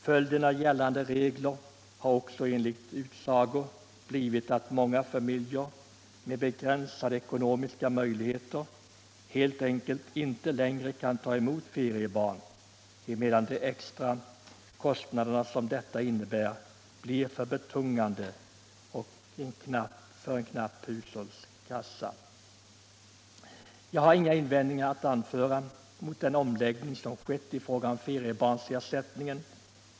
Följden av gällande regler har också enligt utsago blivit att många familjer med begränsade ekonomiska möjligheter helt enkelt inte längre kan ta emot feriebarn, emedan de extra kostnader som detta innebär blir för betungande för en knapp hushållskassa. Jag har inga invändningar att anföra mot den omläggning som skett i fråga om feriebarnsersättningen.